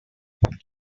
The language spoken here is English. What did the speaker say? there